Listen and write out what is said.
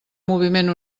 moviment